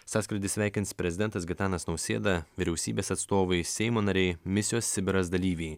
sąskrydį sveikins prezidentas gitanas nausėda vyriausybės atstovai seimo nariai misijos sibiras dalyviai